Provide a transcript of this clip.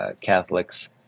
Catholics